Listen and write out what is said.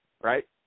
right